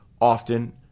often